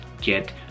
get